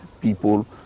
people